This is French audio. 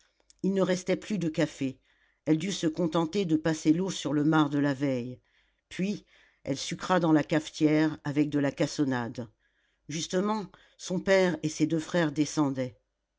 il ne restait plus de café elle dut se contenter de passer l'eau sur le marc de la veille puis elle sucra dans la cafetière avec de la cassonade justement son père et ses deux frères descendaient